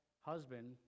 husband